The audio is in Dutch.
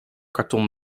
karton